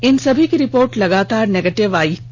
इन सभी की रिपोर्ट लगातार निगेटिव आई थी